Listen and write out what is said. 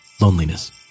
Loneliness